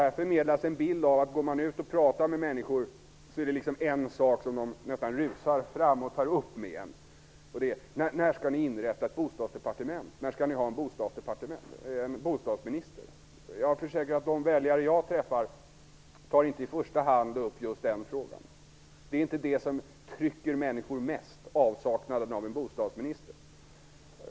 Här förmedlas ett intryck att människor nästan rusar fram och vill ta upp frågan när ett bostadsdepartement skall inrättas och när man skall få en bostadsminister. Jag försäkrar att de väljare som jag träffar inte i första hand tar upp just den frågan. Avsaknaden av en bostadsminister är inte det som trycker människor mest.